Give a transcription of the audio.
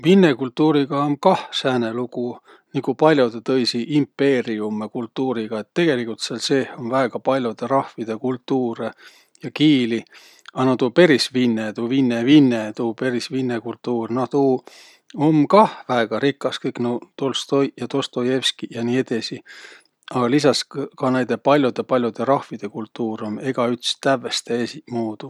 Vinne kultuuriga um kah sääne lugu nigu pall'odõ tõisi impeeriümme kultuuriga, et tegeligult sääl seeh um väega palľodõ rahvidõ kultuurõ ja kiili. A no tuu peris vinne, tuu vinne vinne, tuu peris vinne kultuur, noh, tuu um kah väega rikas, kõik nuuq Tolstoiq ja Dostojevskiq ja nii edesi. A lisas ka noidõ pall'odõ-pall'odõ rahvidõ kultuur um egäüts tävveste esiqmuudu.